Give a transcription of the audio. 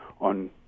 on